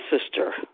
sister